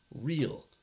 real